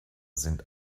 sind